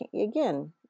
again